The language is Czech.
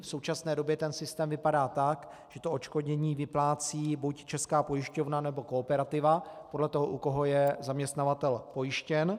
V současné době ten systém vypadá tak, že odškodnění vyplácí buď Česká pojišťovna, nebo Kooperativa, podle toho, u koho je zaměstnavatel pojištěn.